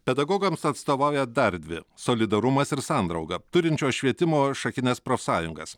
pedagogams atstovauja dar dvi solidarumas ir sandrauga turinčios švietimo šakines profsąjungas